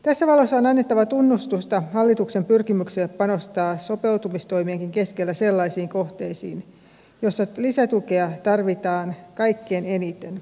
tässä valossa on annettava tunnustusta hallituksen pyrkimykselle panostaa sopeutumistoimienkin keskellä sellaisiin kohteisiin joissa lisätukea tarvitaan kaikkein eniten